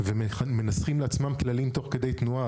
ומנסחים לעצמם כללים תוך כדי תנועה,